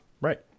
right